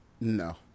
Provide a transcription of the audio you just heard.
No